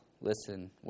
Listen